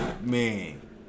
man